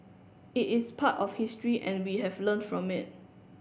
it is part of history and we have learned from it